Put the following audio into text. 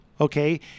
Okay